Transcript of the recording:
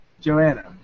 Joanna